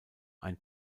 ein